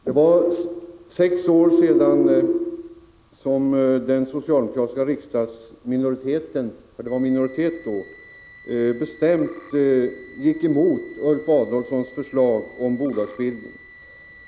Herr talman! För sex år sedan gick den socialdemokratiska riksdagsminoriteten — för det var en minoritet då — bestämt emot Ulf Adelsohns förslag om bolagsbildning.